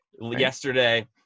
Yesterday